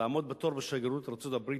לעמוד בתור בשגרירות ארצות-הברית,